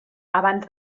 abans